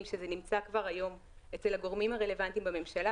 שזה נמצא כבר היום אצל הגורמים הרלוונטיים בממשלה,